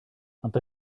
ond